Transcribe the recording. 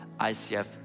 ICF